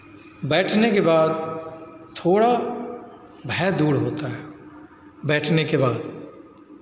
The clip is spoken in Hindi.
बैठने के बाद थोड़ा भय दूर होता है बैठने के बाद